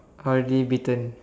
already bitten